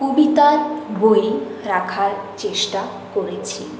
কবিতার বই রাখার চেষ্টা করেছি